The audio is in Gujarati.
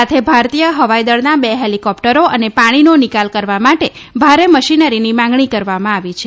સાથે ભારતીય હવાઈ દળના બે હેલિકોપ્ટરો અને પાણીનો નિકાલ કરવા માટે ભારે મશીનરીની માંગણી કરવામાં આવી છે